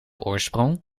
oorsprong